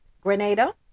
Grenada